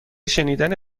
شنیدن